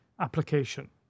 application